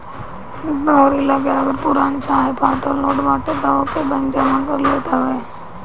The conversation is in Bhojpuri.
तोहरी लगे अगर पुरान चाहे फाटल नोट बाटे तअ ओके बैंक जमा कर लेत हवे